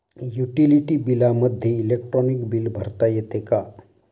Utility बिलामध्ये electronic bill भरता येते का?